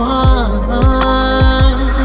one